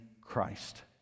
Christ